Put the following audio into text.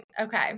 okay